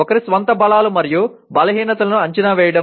ఒకరి స్వంత బలాలు మరియు బలహీనతలను అంచనా వేయడం